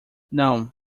não